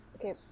okay